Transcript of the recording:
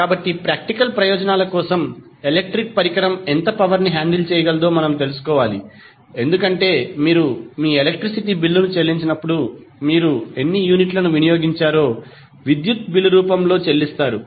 కాబట్టి ప్రాక్టికల్ ప్రయోజనం కోసం ఎలక్ట్రిక్ పరికరం ఎంత పవర్ ని హేండిల్ చేయగలదో మనం తెలుసుకోవాలి ఎందుకంటే మీరు మీ ఎలక్ట్రిసిటీ బిల్లును చెల్లించినప్పుడు మీరు ఎన్ని యూనిట్ల ను వినియోగించారో విద్యుత్ బిల్లు రూపంలో చెల్లిస్తారు